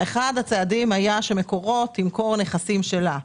אחד הצעדים היה שמקורות תמכור נכסים שלה.